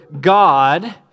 God